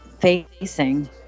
facing